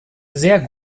sehr